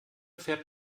fährt